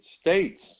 States